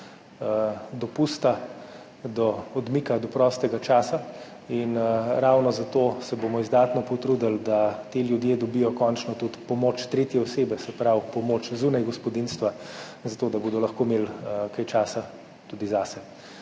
dopusta, do odmika, do prostega časa in ravno zato se bomo izdatno potrudili, da ti ljudje dobijo končno tudi pomoč tretje osebe, se pravi pomoč zunaj gospodinjstva, zato da bodo lahko imeli kaj časa tudi zase.